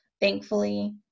Thankfully